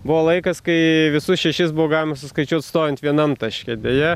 buvo laikas kai visus šešis buvo galima suskaičiuot stovint vienam taške deja